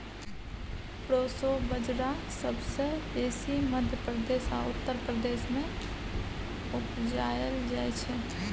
proso बजरा सबसँ बेसी मध्य प्रदेश आ उत्तर प्रदेश मे उपजाएल जाइ छै